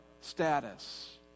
status